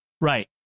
Right